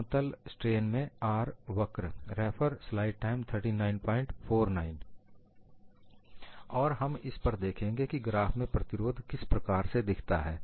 समतल स्ट्रेन में R वक्र और हम इस पर देखेंगे की ग्राफ में प्रतिरोध किस प्रकार से दिखता है